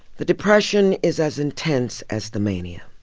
the depression is as intense as the mania.